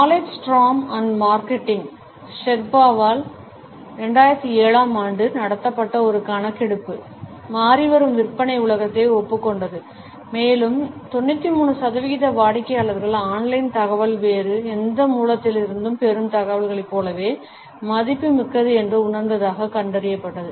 Knowledge Storm and Marketing ஷெர்பாவால் Sherpa2007 ஆம் ஆண்டு நடத்தப்பட்ட ஒரு கணக்கெடுப்பு மாறிவரும் விற்பனை உலகத்தை ஒப்புக் கொண்டது மேலும் 93 சதவீத வாடிக்கையாளர்கள் ஆன்லைன் தகவல் வேறு எந்த மூலத்திலிருந்தும் பெறும் தகவல்களைப் போலவே மதிப்புமிக்கது என்று உணர்ந்ததாகக் கண்டறியப்பட்டது